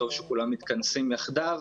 וטוב שכולם מתכנסים יחדיו.